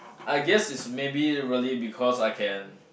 I guess is maybe really because I can